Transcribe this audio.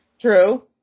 True